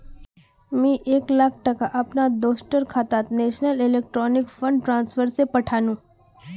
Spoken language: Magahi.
मी काल एक लाख टका अपना दोस्टर खातात नेशनल इलेक्ट्रॉनिक फण्ड ट्रान्सफर से पथानु